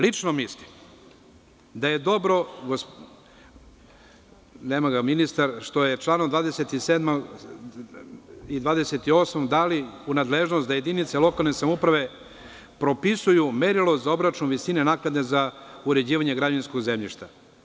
Lično mislim da je dobro što se članom 27. i 28. daju nadležnosti da jedinice lokalne samouprave propisuju merilo za obračun visine naknade za uređivanje građevinskog zemljišta.